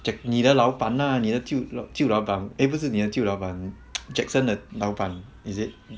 jack 你的老板 lah 你的旧老旧老板 eh 不是你的旧老板 jackson 的老板 is it